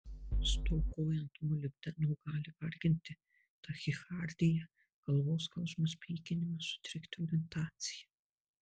stokojant molibdeno gali varginti tachikardija galvos skausmas pykinimas sutrikti orientacija